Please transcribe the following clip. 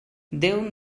déu